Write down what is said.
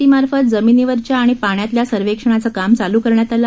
T मार्फत जमिनीवरील आणि पाण्यातल्या सर्वेक्षणाचं काम चालू करण्यात आलं